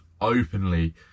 openly